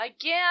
Again